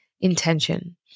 intention